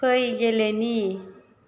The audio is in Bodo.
फै गेलेनि